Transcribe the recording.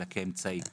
אלא כאמצעי.